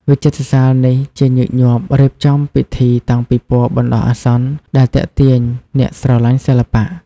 វិចិត្រសាលនេះជាញឹកញាប់រៀបចំពិធីតាំងពិពណ៌បណ្តោះអាសន្ន ដែលទាក់ទាញអ្នកស្រឡាញ់សិល្បៈ។